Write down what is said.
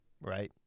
right